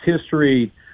history